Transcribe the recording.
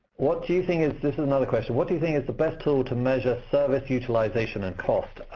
what do you think is. this is another question. what do you think is the best tool to measure service utilization and cost?